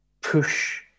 push